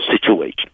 situation